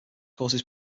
causes